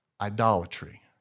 idolatry